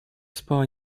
spała